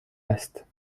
است